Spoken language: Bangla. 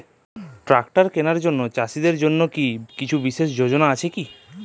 ট্রাক্টর কেনার জন্য চাষীদের জন্য কী কিছু বিশেষ যোজনা আছে কি?